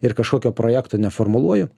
ir kažkokio projekto ne formuluoju